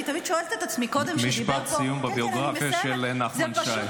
אני תמיד שואלת את עצמי --- משפט סיום בביוגרפיה של נחמן שי.